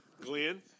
Glenn